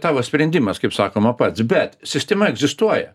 tavo sprendimas kaip sakoma pats bet sistema egzistuoja